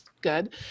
Good